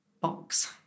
box